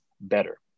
better